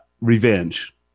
revenge